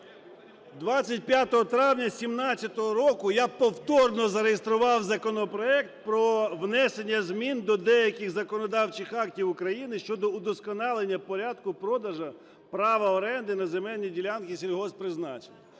25 травня 17-го року я повторно зареєстрував законопроект про внесення змін до деяких законодавчих актів України щодо удосконалення порядку продажу права оренди на земельні ділянки сільгосппризначення.